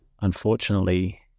unfortunately